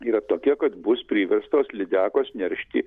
yra tokia kad bus priverstos lydekos neršti